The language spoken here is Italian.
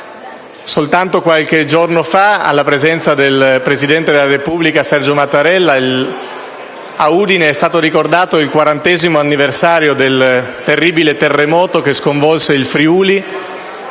soltanto qualche giorno fa, alla presenza del presidente della Repubblica Sergio Mattarella, a Udine, è stato celebrato il 40o anniversario del terribile terremoto che sconvolse il Friuli,